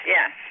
Yes